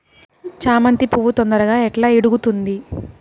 చామంతి పువ్వు తొందరగా ఎట్లా ఇడుగుతుంది?